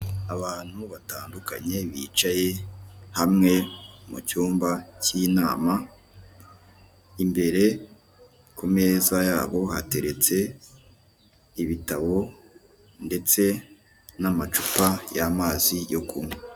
Abantu batandukanye bicaye hamwe mu cyumba kinama, imbere ku meza yabo hateretse ibitabo ndetse n'amacupa y'amazi yo kunywa.